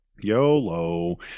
YOLO